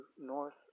north